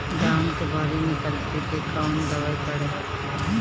धान के बाली निकलते के कवन दवाई पढ़े?